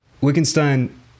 Wittgenstein